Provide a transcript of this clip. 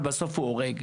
אבל בסוף הוא הורג.